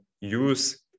use